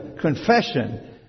confession